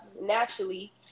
naturally